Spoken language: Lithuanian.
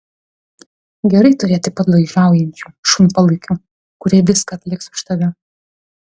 gerai turėti padlaižiaujančių šunpalaikių kurie viską atliks už tave